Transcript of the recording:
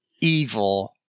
evil